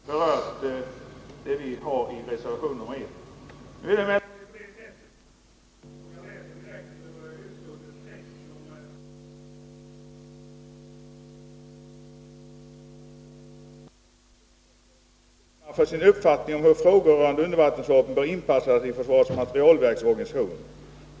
Herr talman! Göthe Knutson gjorde gällande att materielanskaffningskommittén har gjort en miss som inte har berört det som vi tar upp i reservation 1. Det är emellertid inte på det sättet, och jag läser nu direkt ur Nr 25 den text i utskottsbetänkandet som även har Göthe Knutson som underteck 12 november 1981 ”Materielanskaffningskommittén redogör inte närmare för sin uppfatt ning om hur frågor rörande undervattensvapen bör inpassas i FMV:s organisation.